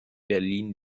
berlin